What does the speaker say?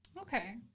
Okay